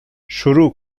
شروع